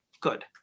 good